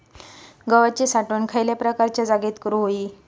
गव्हाची साठवण खयल्या प्रकारच्या जागेत करू होई?